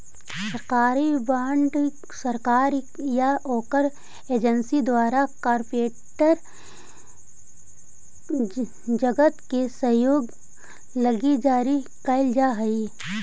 सरकारी बॉन्ड सरकार या ओकर एजेंसी द्वारा कॉरपोरेट जगत के सहयोग लगी जारी कैल जा हई